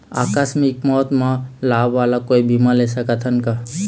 आकस मिक मौत म लाभ वाला कोई बीमा ले सकथन का?